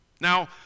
Now